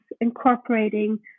incorporating